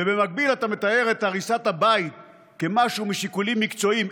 ובמקביל אתה מתאר את הריסת הבית כמשהו משיקולים מקצועיים.